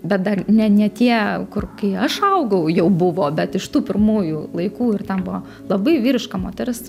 bet dar ne ne tie kur kai aš augau jau buvo bet iš tų pirmųjų laikų ir ten buvo labai vyriška moteris